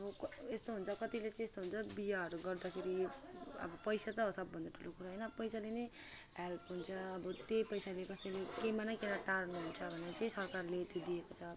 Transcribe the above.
अब क यस्तो हुन्छ अब कतिले चाहिँ यस्तो हुन्छ बिहेहरू गर्दाखेरि अब पैसा त हो सबभन्दा ठुलो कुरा होइन पैसाले नै हेल्प हुन्छ अब त्यही पैसाले नै कसैले केमा न केहीमा टार्नु हुन्छ भनेर चाहिँ सरकारले यति दिएको छ